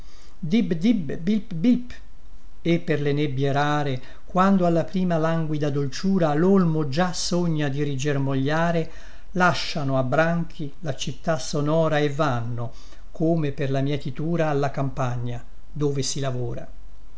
bilp bilp e per le nebbie rare quando alla prima languida dolciura lolmo già sogna di rigermogliare lasciano a branchi la città sonora e vanno come per la mietitura alla campagna dove si lavora